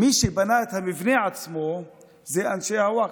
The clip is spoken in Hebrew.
מי שבנה את המבנה עצמו זה אנשי הווקף,